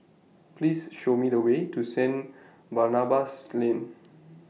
Please Show Me The Way to Saint Barnabas Lane